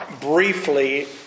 briefly